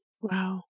Wow